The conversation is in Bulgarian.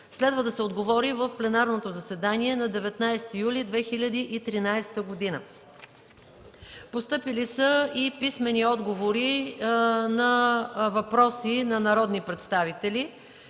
Следва да се отговори в пленарното заседание на 19 юли 2013 г. Постъпили са писмени отговори на въпроси на народни представители.